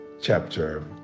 chapter